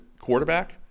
quarterback